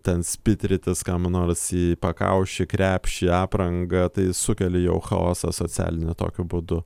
ten spitrytis kam nors į pakaušį krepšį aprangą tai sukeli jau chaosą socialinį tokiu būdu